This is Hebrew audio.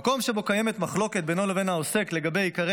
במקום שבו קיימת מחלוקת בינו לבין העוסק לגבי עיקרי